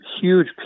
huge